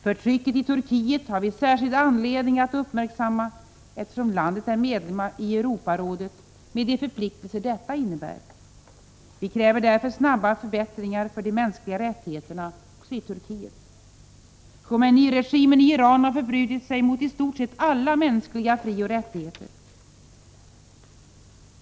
Förtrycket i Turkiet har vi särskild anledning att uppmärksamma, eftersom landet är medlem i Europarådet med de förpliktelser detta innebär. Vi kräver därför snabba förbättringar när det gäller de mänskliga rättigheterna också i Turkiet. Khomeini-regimen i Iran har förbrutit sig mot i stort sett alla mänskliga frioch rättigheter.